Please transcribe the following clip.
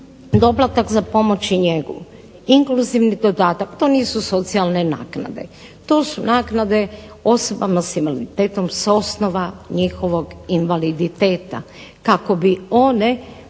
doplatak za pomoć i njegu, inkluzivni dodatak to nisu socijalne naknade. To su naknade osobama sa invaliditetom sa osnova njihovog invaliditeta kako bi one